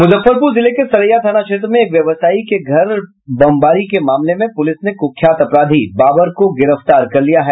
मुजफ्फरपुर जिले के सरैया थाना क्षेत्र में एक व्यवसायी के घर पर बमबारी के मामले में पुलिस ने कुख्यात अपराधी बाबर को गिरफ्तार कर लिया है